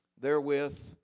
therewith